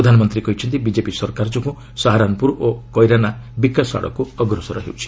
ପ୍ରଧାନମନ୍ତ୍ରୀ କହିଛନ୍ତି ବିଜେପି ସରକାର ଯୋଗୁଁ ସାହାରନ୍ପୁର ଓ କୈରାନା ବିକାଶ ଆଡ଼କୁ ଅଗ୍ରସର ହେଉଛି